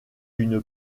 une